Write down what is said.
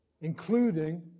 including